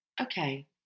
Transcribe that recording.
Okay